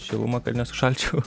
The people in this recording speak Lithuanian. šilumą kad nesušalčiau